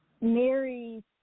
mary